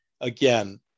again